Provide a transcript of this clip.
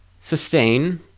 sustain